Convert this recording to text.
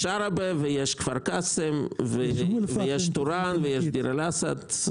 יש עראבה, יש כפר קאסם, טורעאן, דיר אל-אסד,